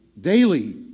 daily